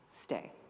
stay